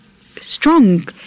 strong